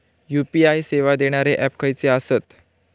UPI सेवा देणारे app खयचे आसत?